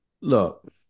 Look